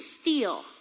steal